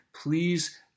please